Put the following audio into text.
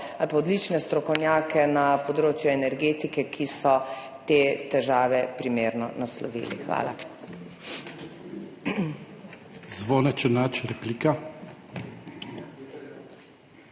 ali pa odlične strokovnjake na področju energetike, ki so te težave primerno naslovili. Hvala. **PODPREDSEDNIK